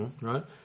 Right